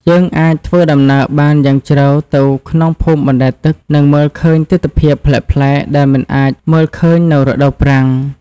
យើងអាចធ្វើដំណើរបានយ៉ាងជ្រៅទៅក្នុងភូមិបណ្តែតទឹក និងមើលឃើញទិដ្ឋភាពប្លែកៗដែលមិនអាចមើលឃើញនៅរដូវប្រាំង។